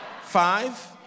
five